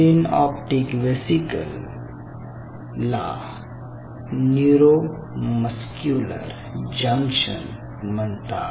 synaptic vesicle ला neuromuscular junction म्हणतात